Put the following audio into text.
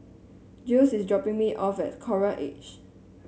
Giles is dropping me off at Coral Edge